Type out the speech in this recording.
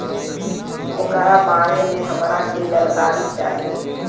ओकरा बारे मे हमरा के जानकारी चाही?